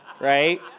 Right